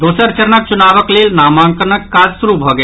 दोसर चरणक चुनावक लेल नामांकनक काज शुरू भऽ गेल